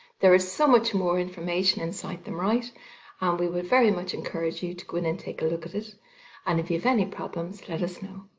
there is so much more information in cite them right and we would very much encourage you to go in and take a look at it and if you have any problems let us know.